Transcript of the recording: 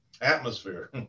atmosphere